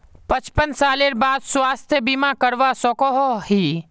पचपन सालेर बाद स्वास्थ्य बीमा करवा सकोहो ही?